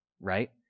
right